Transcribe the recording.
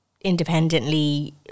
independently